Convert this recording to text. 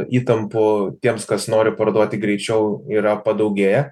įtampų tiems kas nori parduoti greičiau yra padaugėję